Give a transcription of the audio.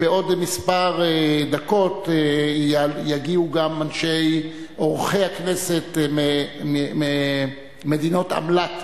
בעוד כמה דקות יגיעו גם אורחי הכנסת ממדינות אמל"ט,